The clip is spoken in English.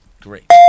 Great